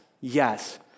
yes